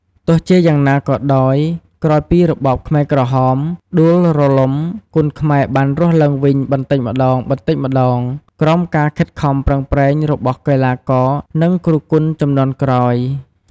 ទោះជាយ៉ាងណាក៏ដោយ ក្រោយពីរបបខ្មែរក្រហមដួលរលំ គុនខ្មែរបានរស់ឡើងវិញបន្តិចម្ដងៗ ក្រោមការខិតខំប្រឹងប្រែងរបស់កីឡាករ និងគ្រូគុនជំនាន់ក្រោយ។